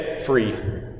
free